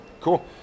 Cool